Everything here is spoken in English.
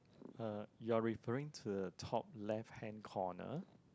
uh you are referring to the top left hand corner